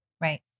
right